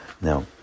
Now